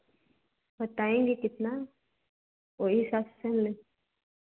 बताएँगी कितना वो ही हिसाब से